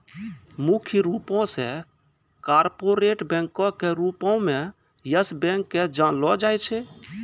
मुख्य रूपो से कार्पोरेट बैंको के रूपो मे यस बैंक के जानलो जाय छै